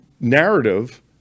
narrative